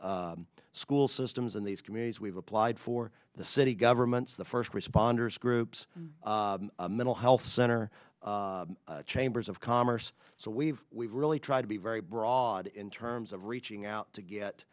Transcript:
with school systems in these communities we've applied for the city governments the first responders groups mental health center chambers of commerce so we've we've really tried to be very broad in terms of reaching out to get